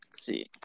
see